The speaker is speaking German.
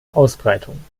ausbreitung